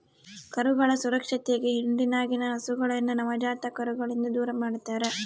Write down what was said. ಕರುಗಳ ಸುರಕ್ಷತೆಗೆ ಹಿಂಡಿನಗಿನ ಹಸುಗಳನ್ನ ನವಜಾತ ಕರುಗಳಿಂದ ದೂರಮಾಡ್ತರಾ